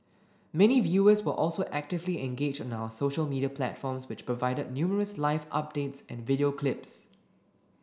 many viewers were also actively engaged on our social media platforms which provided numerous live updates and video clips